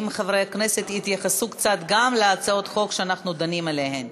אם חברי הכנסת יתייחסו קצת גם להצעות החוק שאנחנו דנים בהן.